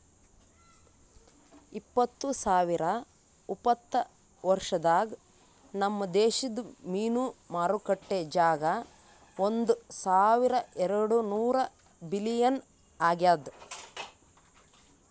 ಇಪ್ಪತ್ತು ಸಾವಿರ ಉಪತ್ತ ವರ್ಷದಾಗ್ ನಮ್ ದೇಶದ್ ಮೀನು ಮಾರುಕಟ್ಟೆ ಜಾಗ ಒಂದ್ ಸಾವಿರ ಎರಡು ನೂರ ಬಿಲಿಯನ್ ಆಗ್ಯದ್